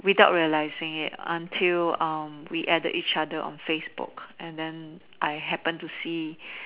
without realising it until um we added each other on Facebook and then I happened to see